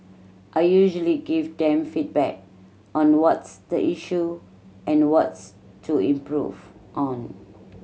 I usually give them feedback on what's the issue and what's to improve on